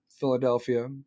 Philadelphia